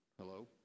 Hello